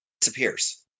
disappears